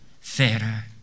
fairer